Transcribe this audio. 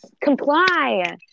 Comply